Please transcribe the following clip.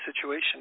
situation